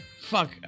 fuck